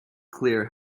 clear